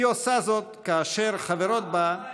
היא עושה זאת כאשר חברים בה,